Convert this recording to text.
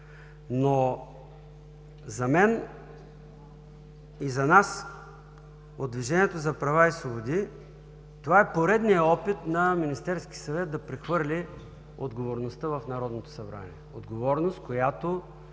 Но за мен, и за нас от Движението за права и свободи, това е поредният опит на Министерския съвет да прехвърли отговорността в Народното събрание. Отговорност, която